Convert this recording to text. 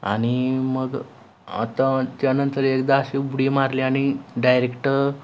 आणि मग आता त्यानंतर एकदा अशी उडी मारली आणि डायरेक्ट